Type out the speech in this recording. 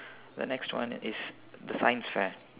the next one is the science fair